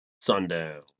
Sundown